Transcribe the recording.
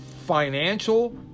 financial